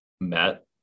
met